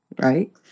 Right